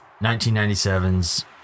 1997's